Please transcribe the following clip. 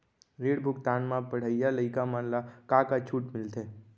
ऋण भुगतान म पढ़इया लइका मन ला का का छूट मिलथे?